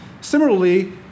Similarly